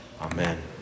Amen